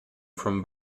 from